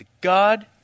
God